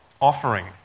offering